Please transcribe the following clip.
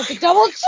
double